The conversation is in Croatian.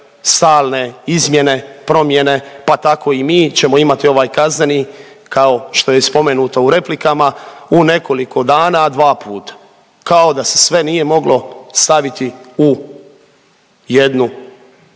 stalne izmjene, promjene, pa tako i mi ćemo imati ovaj kazneni kao što je spomenuto u replikama, u nekoliko dana dva puta, kao da se sve nije moglo staviti u jednu izmjenu.